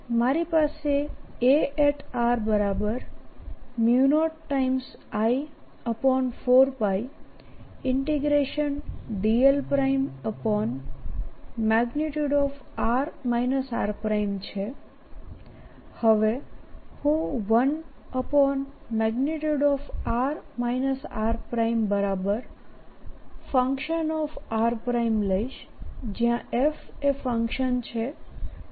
મારી પાસે A0I4πdl|r r| છે હવે હું 1|r r|fr લઇશ જ્યાં f એ ફંકશન છે